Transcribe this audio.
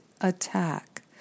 attack